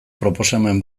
proposamen